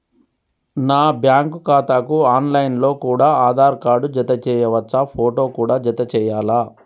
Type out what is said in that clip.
నా బ్యాంకు ఖాతాకు online లో కూడా ఆధార్ కార్డు జత చేయవచ్చా ఫోటో కూడా జత చేయాలా?